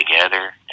together